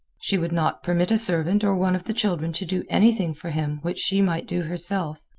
she would not permit a servant or one of the children to do anything for him which she might do herself.